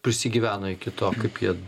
prisigyveno iki to kaip jie